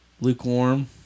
lukewarm